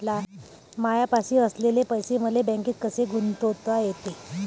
मायापाशी असलेले पैसे मले बँकेत कसे गुंतोता येते?